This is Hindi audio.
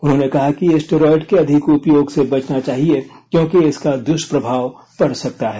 उन्होंने कहा कि स्टेरॉयड के अधिक उपयोग से बचना चाहिए क्योंकि इसका द्वष्प्रभाव पड़ सकता है